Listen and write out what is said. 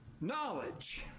knowledge